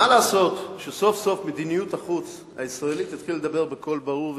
מה לעשות שסוף-סוף מדיניות החוץ הישראלית התחילה לדבר בקול ברור וצלול,